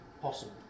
possible